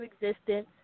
existence